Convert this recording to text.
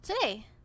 today